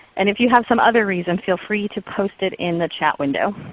and if you have some other reasons, feel free to post it in the chat window.